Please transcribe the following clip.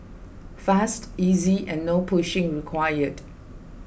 fast easy and no pushing required